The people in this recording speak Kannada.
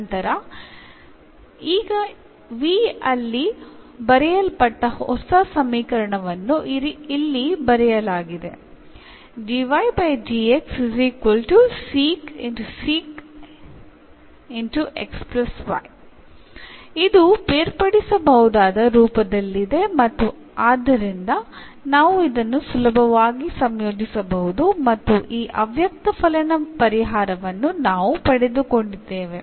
ನಂತರ ಈಗ v ಅಲ್ಲಿ ಬರೆಯಲ್ಪಟ್ಟ ಹೊಸ ಸಮೀಕರಣವನ್ನು ಇಲ್ಲಿ ಬರೆಯಲಾಗಿದೆ ಇದು ಬೇರ್ಪಡಿಸಬಹುದಾದ ರೂಪದಲ್ಲಿದೆ ಮತ್ತು ಆದ್ದರಿಂದ ನಾವು ಇದನ್ನು ಸುಲಭವಾಗಿ ಸಂಯೋಜಿಸಬಹುದು ಮತ್ತು ಈ ಅವ್ಯಕ್ತಫಲನ ಪರಿಹಾರವನ್ನು ನಾವು ಪಡೆದುಕೊಂಡಿದ್ದೇವೆ